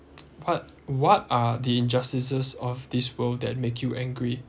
what what are the injustices of this world that make you angry